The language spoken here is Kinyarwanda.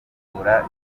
kuvura